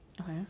Okay